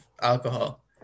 alcohol